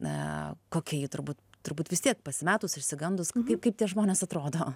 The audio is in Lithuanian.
na kokia ji turbūt turbūt vis tiek pasimetus išsigandus kaip kaip tie žmonės atrodo